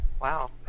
Wow